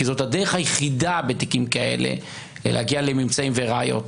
כי זאת הדרך היחידה בתיקים כאלה להגיע לממצאים וראיות.